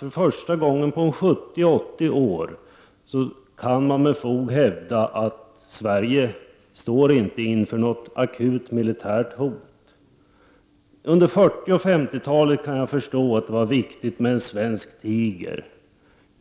För första gången på 70 eller 80 år kan vi med fog hävda att Sverige inte står inför något akut militärt hot. Jag kan förstå att det under 40 och 50-talet var viktigt med ”en svensk tiger”.